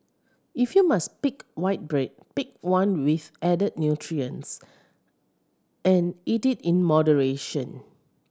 if you must pick white bread pick one with added nutrients and eat it in moderation